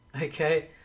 Okay